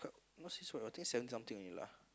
not say so I think seventy something only lah